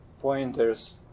pointers